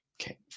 Okay